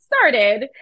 started